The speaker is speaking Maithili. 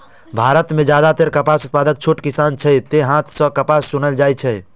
भारत मे जादेतर कपास उत्पादक छोट किसान छै, तें हाथे सं कपास चुनल जाइ छै